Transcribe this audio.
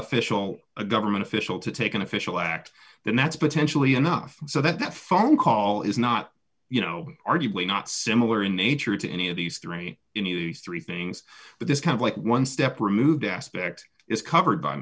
official a government official to take an official act then that's potentially enough so that that phone call is not you know arguably not similar in nature to any of these thirty three things but this kind of like one step removed aspect is covered by